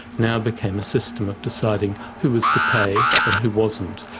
now became a system of deciding who was to pay and who wasn't.